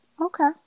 Okay